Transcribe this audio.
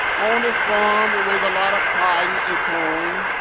on this farm, we raise a lot of cotton and corn,